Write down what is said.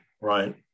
right